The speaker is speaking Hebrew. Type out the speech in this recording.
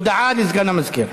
הודעה לסגן המזכירה.